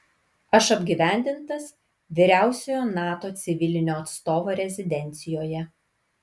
aš apgyvendintas vyriausiojo nato civilinio atstovo rezidencijoje